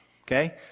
Okay